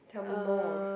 tell me more